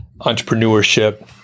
entrepreneurship